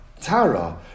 tara